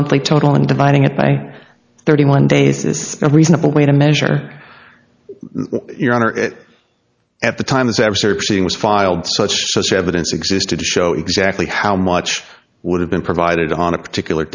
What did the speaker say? monthly total and dividing it by thirty one days is a reasonable way to measure your honor it at the time as ever searching was filed such as evidence existed to show exactly how much would have been provided on a particular